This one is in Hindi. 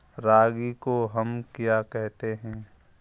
रागी को हम क्या कहते हैं?